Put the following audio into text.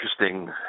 interesting